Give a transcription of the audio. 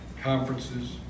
conferences